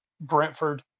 Brentford